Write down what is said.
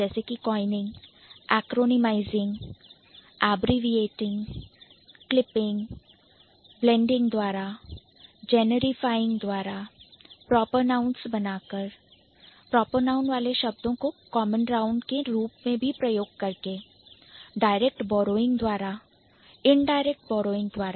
जैसे कि Coining coining Acronymising acronymising अर्थात संकलित करके abbreviating एब्रिविएटिंग Clipping क्लिपिंग द्वारा Blending ब्लेंडिंग द्वारा Generifying जेनरीफाइंग द्वारा Proper Nouns बनाकर Proper Noun वाले शब्दों को Common Noun के रूप में प्रयोग करें Direct Borrowing द्वारा और InDirect Borrowing द्वारा